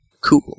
Cool